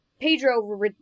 Pedro